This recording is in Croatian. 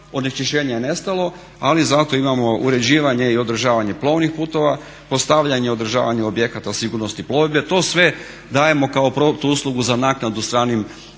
onečišćenje je nestalo, ali zato imamo uređivanje i održavanje plovnih putova, postavljanje i održavanje objekata sigurnosti plovidbe. To sve dajemo kao protuuslugu za naknadu za stranim